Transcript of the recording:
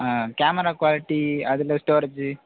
ஆ camera quality அதில் storage